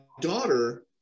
daughter